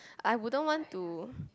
I wouldn't want to